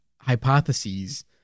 hypotheses